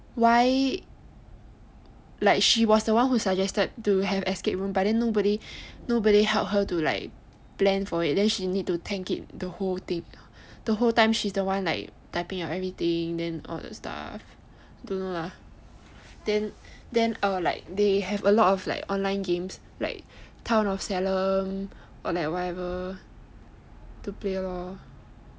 why like she was the one that suggested to have escape room but then nobody help her to like plan for it then she need to tank it the whole thing the whole time she's the one typing out everything then all the stuff don't know lah then then err like they have a lot of online games like town of salem or like whatever to play lor